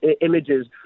images